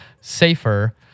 safer